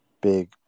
big